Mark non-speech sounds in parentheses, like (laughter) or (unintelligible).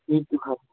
(unintelligible)